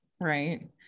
Right